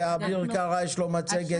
לאביר קארה יש מצגת.